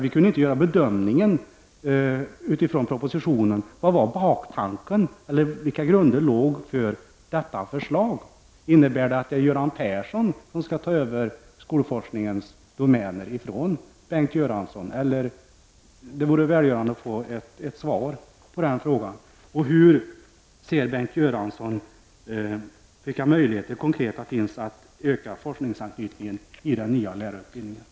Vi kunde på basis av propositionen inte bedöma grunderna för förslaget. Skall Göran Persson ta över skolforskningens domäner från Bengt Göransson? Det vore välgörande att få ett svar på denna fråga. Vilka konkreta möjligheter finns det enligt Bengt Göransson att öka forskningsanknytningen i den nya lärarutbildningen?